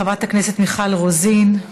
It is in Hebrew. חברת הכנסת מיכל רוזין.